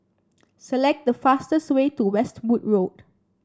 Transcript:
select the fastest way to Westwood Road